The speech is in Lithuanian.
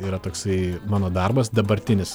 yra toksai mano darbas dabartinis